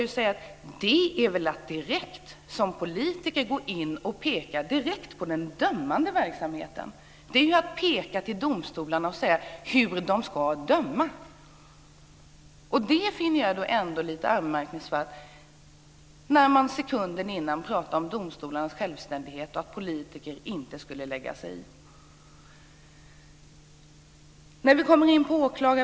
Det är väl att lägga sig i domstolarnas arbete! Han pekar ju på domstolarna och berättar hur de ska döma. Det finner jag lite anmärkningsvärt, eftersom han sekunderna innan har pratat om domstolarnas självständighet och att politiker inte ska lägga sig i.